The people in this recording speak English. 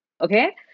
okay